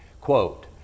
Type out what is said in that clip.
Quote